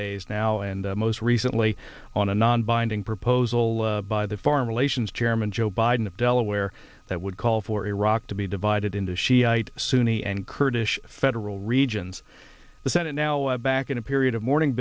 days now and most recently on a non binding proposal by the foreign relations chairman joe biden of delaware that would call for iraq to be divided into shiite sunni and kurdish federal regions the senate now a back in a period of mourning